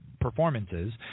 performances